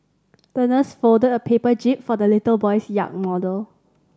the nurse folded a paper jib for the little boy's yacht model